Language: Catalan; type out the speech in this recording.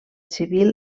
civil